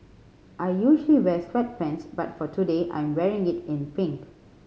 I usually wear sweatpants but for today I'm wearing it in pink